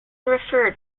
refer